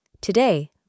Today